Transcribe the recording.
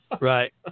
Right